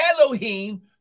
Elohim